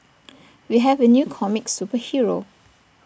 we have A new comic superhero